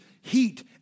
heat